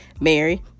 Mary